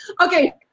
Okay